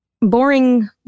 boring